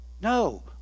No